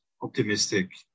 optimistic